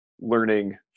learning